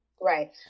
Right